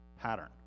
pattern